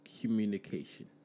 communication